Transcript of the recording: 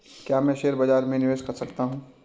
क्या मैं शेयर बाज़ार में निवेश कर सकता हूँ?